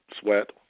sweat